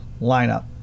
lineup